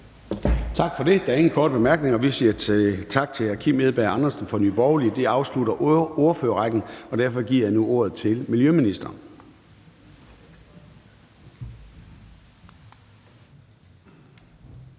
Tak for det. Der er ingen korte bemærkninger. Vi siger tak til hr. Kim Edberg Andersen fra Nye Borgerlige. Det afslutter ordførerrækken, og derfor giver jeg nu ordet til miljøministeren.